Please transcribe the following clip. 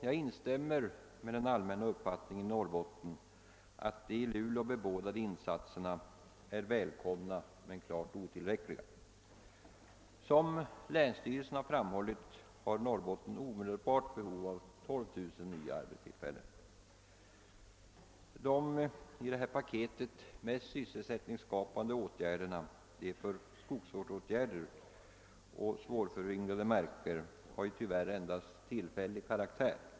Jag delar den allmänna uppfattningen i Norrbotten att de i Luleå bebådade insatserna är välkomna men klart otillräckliga. Såsom = länsstyrelsen framhållit har Norrbotten omedelbart behov av 12 000 nya arbetstillfällen. De mest sysselsättningsskapande åtgärderna i detta paket — skogsvårdsåtgärder på svårföryngrade marker — har tyvärr endast tillfällig karaktär.